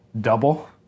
double